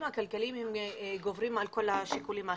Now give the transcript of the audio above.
הכלכליים גוברים על כל השיקולים האחרים.